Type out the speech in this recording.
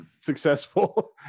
successful